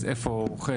אז איפה הוא אוחז?